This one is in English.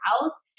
house